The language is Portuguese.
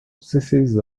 dezesseis